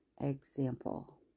example